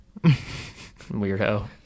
Weirdo